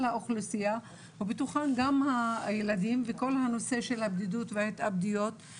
האוכלוסייה ובתוכה גם על הילדים ועל כל הנושא של הבדידות וההתאבדויות.